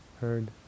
heard